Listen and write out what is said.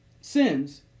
sins